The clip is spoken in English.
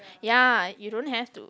ya you don't have to